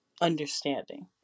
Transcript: understanding